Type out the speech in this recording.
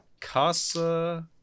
Casa